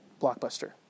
Blockbuster